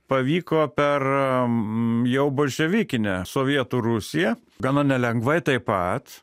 pavyko per m jau bolševikinę sovietų rusiją gana nelengvai taip pat